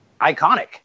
iconic